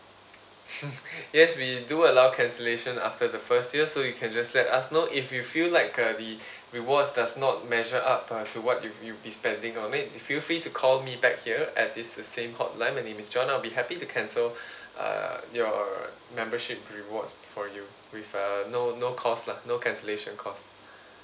yes we do allow cancellation after the first year so you can just let us know if you feel like uh the rewards does not measure up uh to what you you'll be spending uh may feel free to call me back here at this same hotline my name is john I'll be happy to cancel uh your membership rewards for you with uh no no cost lah no cancellation cost